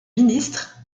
ministre